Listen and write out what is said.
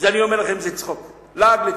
אני אומר לכם שזה לעג וצחוק.